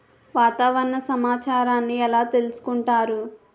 వాతావరణ సమాచారాన్ని ఎలా తెలుసుకుంటారు?